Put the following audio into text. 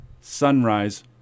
Sunrise